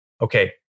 okay